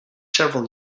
several